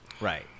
Right